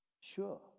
Sure